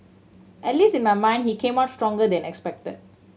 at least in my mind he came out stronger than expect